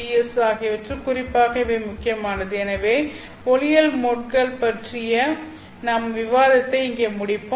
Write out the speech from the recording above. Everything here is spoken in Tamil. எஸ் ஆகியவற்றில் குறிப்பாக இவை முக்கியமானது எனவே ஒளியியல் மோட்கள் பற்றிய நம் விவாதத்தை இங்கே முடிப்போம்